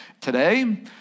today